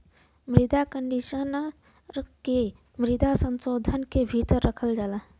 मृदा कंडीशनर के मिट्टी संशोधन के भीतर रखल जाला